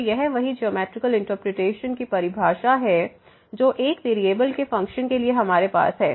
तो यह वही ज्योमैट्रिकल इंटरप्रिटेशन की परिभाषा है जो एक वेरिएबल के फ़ंक्शन के लिए हमारे पास है